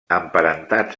emparentats